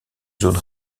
zone